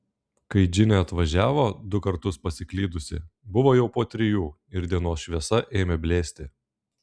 kai džinė atvažiavo du kartus pasiklydusi buvo jau po trijų ir dienos šviesa ėmė blėsti